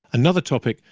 another topic,